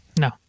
no